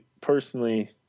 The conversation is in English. personally